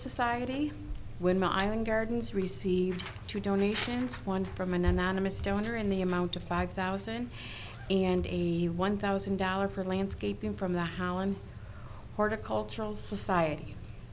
society when myron gardens received two donations one from an anonymous donor in the amount of five thousand and eighty one thousand dollars for landscaping from the howland horticultural society